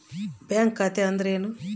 Bank ಖಾತೆ ಅಂದರೆ ಏನು?